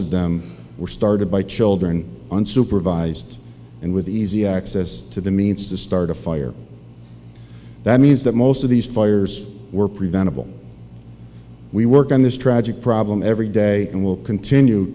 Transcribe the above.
of them were started by children unsupervised and with easy access to the means to start a fire that means that most of these fires were preventable we work on this tragic problem every day and will continue